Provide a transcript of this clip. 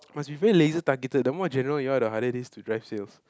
must be very laser targeted the more general you are the harder it is to drive sales